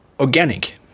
organic